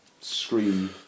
scream